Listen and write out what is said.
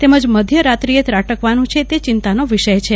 તેમજ મધરાત્રીએ ત્રાટકવાનું છે તે ચિંતાનો વિષય છે